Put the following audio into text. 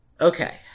Okay